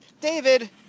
David